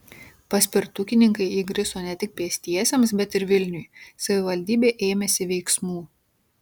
paspirtukininkai įgriso ne tik pėstiesiems bet ir vilniui savivaldybė ėmėsi veiksmų